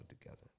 together